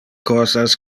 cosas